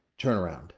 turnaround